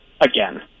again